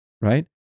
right